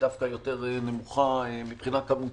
דווקא יותר נמוכה מבחינה כמותית.